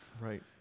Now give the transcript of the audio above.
Right